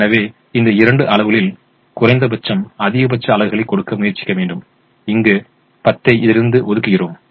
எனவே இந்த இரண்டு அளவுகளில் குறைந்தபட்சம் அதிகபட்ச அலகுகளை கொடுக்க முயற்சிக்க வேண்டும் இங்கு 10 ஐ இதிலிருந்து ஒதுக்குகிறோம்